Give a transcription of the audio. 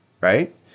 Right